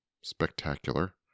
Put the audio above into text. spectacular